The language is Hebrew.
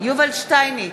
יובל שטייניץ,